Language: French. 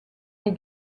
les